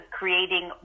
creating